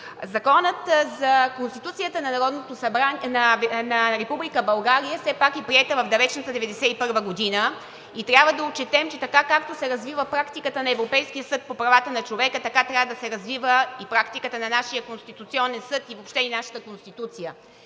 Законът за Конституцията на Република България все пак е приет в далечната 1991 г. и трябва да отчетем, че така както се развива практиката на Европейския съд по правата на човека, така трябва да се развива и практиката на нашия Конституционен съд и нашата Конституция.